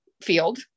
field